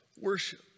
worship